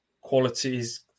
qualities